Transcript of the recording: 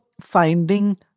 finding